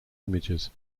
images